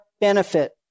benefit